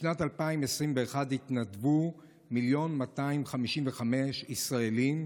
בשנת 2021 התנדבו מיליון ו-255,000 ישראלים,